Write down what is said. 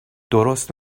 درست